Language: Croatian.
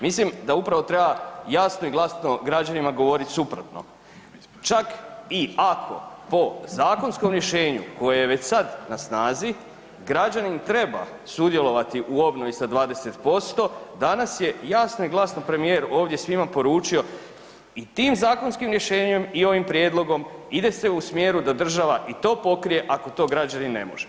Mislim da upravo treba jasno i glasno građanima govoriti suprotno, čak i ako po zakonskom rješenju koje je već sad na snazi građanin treba sudjelovati u obnovi sa 20% danas je jasno i glasno premijer ovdje svima poručio i tim zakonskim rješenjem i ovim prijedlogom ide se u smjeru da država i to pokrije ako to građanin ne može.